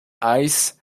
ice